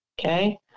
Okay